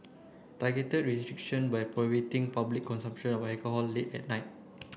targeted restriction by public consumption of alcohol late at night